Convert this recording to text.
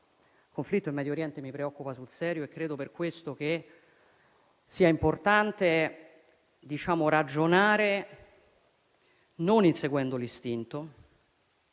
Il conflitto in Medio Oriente mi preoccupa sul serio e credo per questo che sia importante ragionare non inseguendo l'istinto,